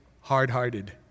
hard-hearted